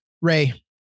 Ray